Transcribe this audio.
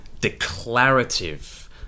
declarative